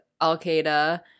Al-Qaeda